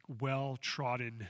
well-trodden